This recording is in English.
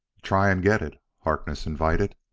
try and get it, harkness invited.